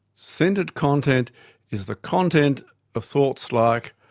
centred content is the content of thoughts like,